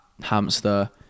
hamster